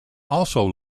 also